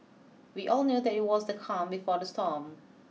we all knew that it was the calm before the storm